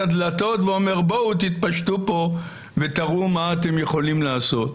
הדלתות ואומר בואו תתפשטו פה ותראו מה אתם יכולים לעשות.